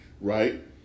right